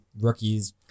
rookies